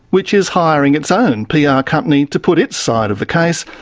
which is hiring its own pr yeah company to put its side of the case,